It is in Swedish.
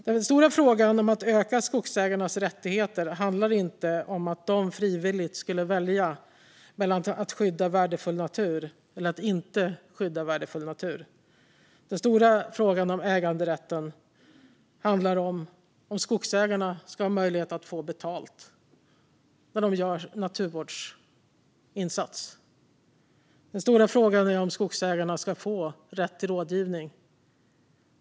Den stora frågan om att öka skogsägarnas rättigheter handlar inte om att de frivilligt skulle välja mellan att skydda värdefull natur och att inte göra det. Den stora frågan om äganderätten handlar om huruvida skogsägarna ska ha möjlighet att få betalt när de gör naturvårdsinsatser och om de ska få rätt till rådgivning.